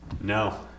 No